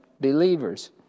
believers